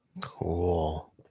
Cool